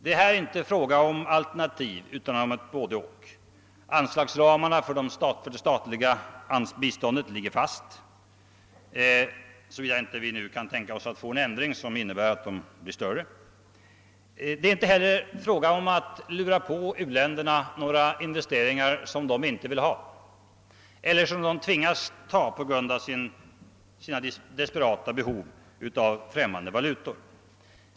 Det är här inte fråga om alternativ, utom om ett både— och. Anslagsramarna för det statliga biståndet ligger fasta, såvida vi nu inte kan tänka oss att få till stånd en ändring som innebär att de blir större. Det är heller inte fråga om att lura på uländerna några investeringar som dessa inte vill ha eller som de tvingas ta emot på grund av sitt desperata behov av främmande valutor.